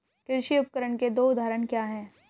कृषि उपकरण के उदाहरण क्या हैं?